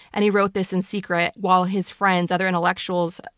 and he wrote this in secret while his friends, other intellectuals,